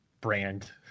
brand